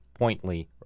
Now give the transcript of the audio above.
pointly